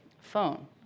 phone